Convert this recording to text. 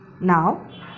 Now